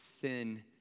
sin